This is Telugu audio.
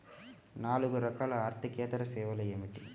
నాలుగు రకాల ఆర్థికేతర సేవలు ఏమిటీ?